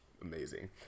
amazing